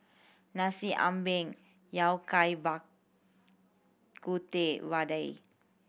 Nasi Ambeng Yao Cai Bak Kut Teh vadai